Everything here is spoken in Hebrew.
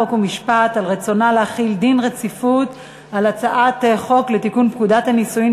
חוק ומשפט על רצונה להחיל דין רציפות על הצעת חוק לתיקון פקודת הנישואין